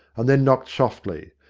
and then knocked softly.